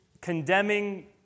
condemning